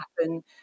happen